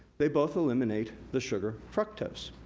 they both eliminate the sugar, fructose.